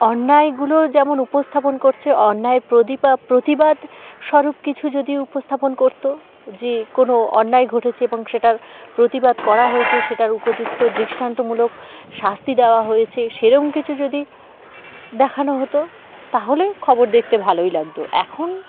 অন্যায়গুলো যেমন উপস্থাপন করছে অন্যায়ের প্রতি প্রতিবাদস্বরূপ কিছু যদি উপস্থাপন করতো যে কোনো অন্যায় ঘটেছে এবং সেটার প্রতিবাদ করা হয়েছে সেটার উপযুক্ত দৃষ্টান্তমূলক শাস্তি দেওয়া হয়েছে সেরকম কিছু যদি দেখানো হতো তাহলে খবর দেখতে ভালোই লাগতো এখন